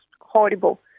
horrible